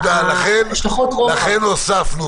לכן הוספנו,